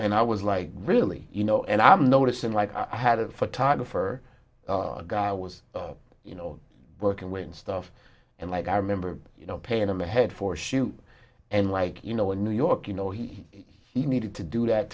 and i was like really you know and i'm noticing like i had a photographer our guy was you know working when stuff and like i remember you know paying them ahead for shoot and like you know in new york you know he he needed to do